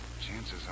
Chances